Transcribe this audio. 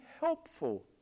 helpful